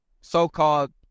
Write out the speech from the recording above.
so-called